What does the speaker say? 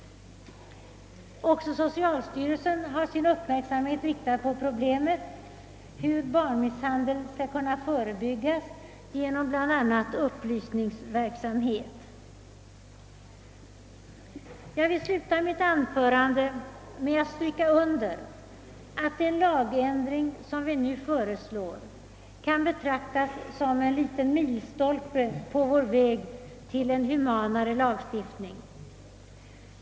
Även socialstyrelsen har sin uppmärksamhet riktad på problemet hur barnmisshandel skall kunna förebyggas genom bl.a. upplysningsverksamhet. Jag vill sluta mitt anförande med att stryka under, att den lagändring som vi nu föreslår kan betraktas som en liten milstolpe på vår väg mot en humanare lagstiftning.